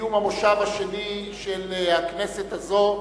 סיום המושב השני של הכנסת הזאת,